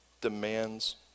demands